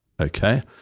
okay